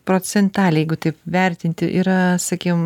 procentaliai jeigu taip vertinti yra sakim